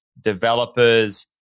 developers